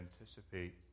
anticipate